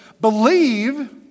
believe